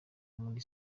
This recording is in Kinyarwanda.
muri